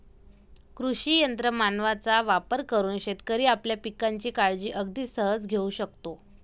कृषी यंत्र मानवांचा वापर करून शेतकरी आपल्या पिकांची काळजी अगदी सहज घेऊ शकतो